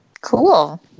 Cool